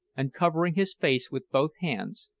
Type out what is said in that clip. and covering his face with both hands,